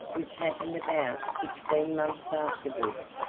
which happened about sixteen months afterwards,